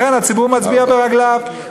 לכן הציבור מצביע ברגליו.